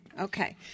Okay